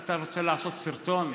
אתה רוצה לעשות סרטון,